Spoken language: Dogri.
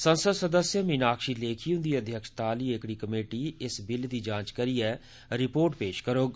संसद सदस्य मीनाक्षी लेखी ह्न्दी अध्यक्षता आली एहकड़ी कमेटी इस बिल दी जांच करीयै रिपोर्ट पेश करौग